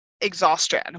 exhaustion